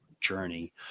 journey